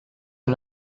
are